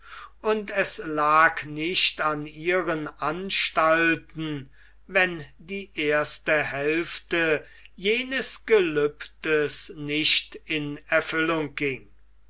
und es lag nicht an ihren anstalten wenn die erste hälfte jenes gelübdes nicht in erfüllung ging